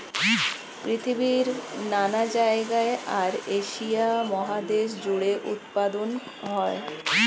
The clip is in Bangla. পৃথিবীর নানা জায়গায় আর এশিয়া মহাদেশ জুড়ে উৎপাদন হয়